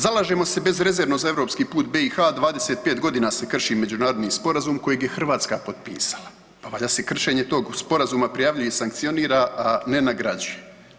Zalažemo se bezrezervno za europski put BiH 25.g. se krši međunarodni sporazum kojeg je Hrvatska potpisala, pa valjda se kršenje tog sporazuma prijavljuje i sankcionira, a ne nagrađuje.